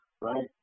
right